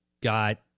got